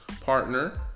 partner